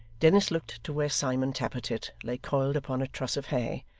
dennis looked to where simon tappertit lay coiled upon a truss of hay,